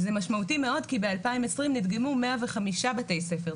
זה משמעותי מאוד, כי ב-2020 נדגמו 105 בתי ספר.